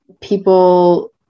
people